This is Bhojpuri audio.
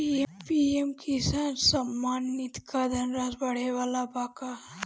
पी.एम किसान सम्मान निधि क धनराशि बढ़े वाला बा का?